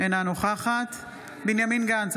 אינה נוכחת בנימין גנץ,